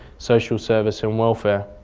social service and welfare.